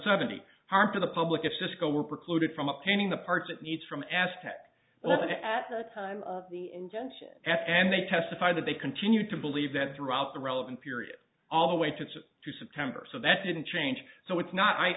seventy harper the public at cisco were precluded from a painting the parts it needs from aspect well at the time of the injunction at and they testified that they continued to believe that throughout the relevant period all the way to to september so that didn't change so it's not